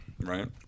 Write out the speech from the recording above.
Right